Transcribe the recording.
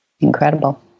Incredible